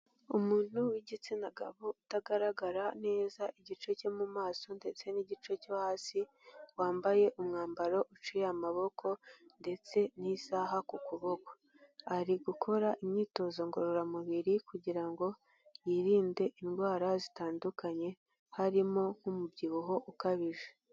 Umuntu w'igitsina gabo utagaragara neza igice cyo mu maso ndetse n'igice cyo hasi, wambaye umwambaro uciye amaboko ndetse n'isaaha ku kuboko, ari gukora imyitozo ngororamubiri kugira ngo yirinde indwara zitandukanye harimo nk'umubyibuho ukabije.